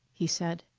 he said.